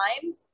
time